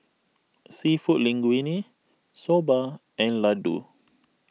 Seafood Linguine Soba and Ladoo